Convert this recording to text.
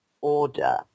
order